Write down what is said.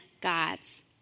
God's